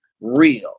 real